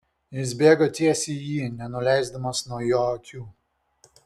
jis bėgo tiesiai į jį nenuleisdamas nuo jo akių